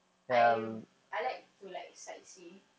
I I like to like sightsee